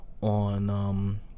on